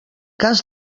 cas